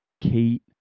Kate